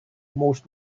most